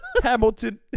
Hamilton